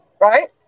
right